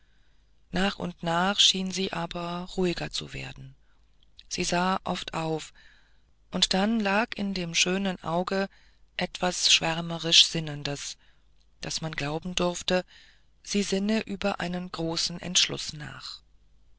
nach und nach schien sie aber ruhiger zu werden sie sah oft auf und dann lag in dem schönen auge etwas schwärmerisch sinnendes daß man glauben durfte sie sinne über einen großen entschluß nach